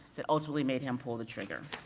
that ultimately made him pull the trigger.